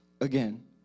again